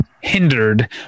hindered